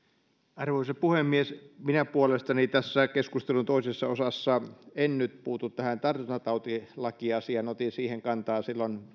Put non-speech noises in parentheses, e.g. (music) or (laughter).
arvoisa puhemies minä puolestani tässä keskustelun toisessa osassa en nyt puutu tähän tartuntatautilakiasiaan otin siihen kantaa silloin (unintelligible)